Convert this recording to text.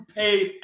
paid